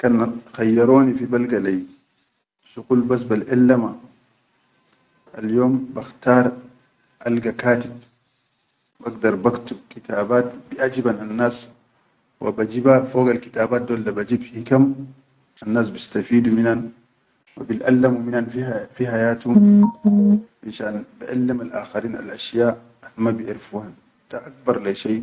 Kan khayyaroni fi balga lai shuqul bas balʼellama, alyom bakhtaar alga katib bagdar baktub kitaabat biʼajiban annas wa bajiban fogal kitabat, kitabat dol bajib hikam annas bigtafidu minan. Wa biʼallamu minan fi hayatum, fishan baʼellim alʼakharin alʼashya almalbiʼarfun da akbra lai.